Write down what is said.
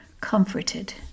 comforted